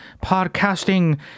podcasting